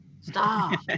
Stop